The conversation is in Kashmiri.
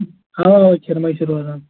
اَوہ اَوہ کِرمٕے چھِ روزان